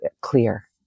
clear